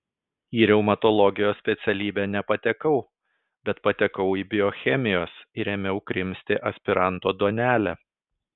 į reumatologijos specialybę nepatekau bet patekau į biochemijos ir ėmiau krimsti aspiranto duonelę